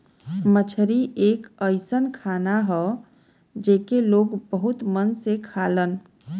मछरी एक अइसन खाना हौ जेके लोग बहुत मन से खालन